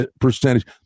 percentage